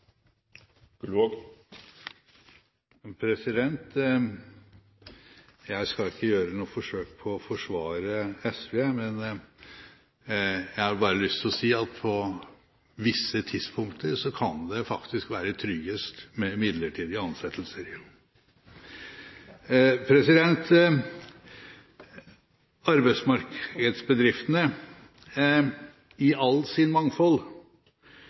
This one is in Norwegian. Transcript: omgang. Jeg skal ikke gjøre noe forsøk på å forsvare SV, men jeg har bare lyst til å si at på visse tidspunkt kan det faktisk være tryggest med midlertidige ansettelser. Arbeidsmarkedsbedriftene – i alt sitt mangfold, så forskjellige som de er